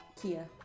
Kia